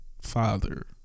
father